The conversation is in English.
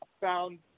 found